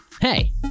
hey